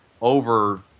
over